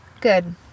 Good